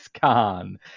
Khan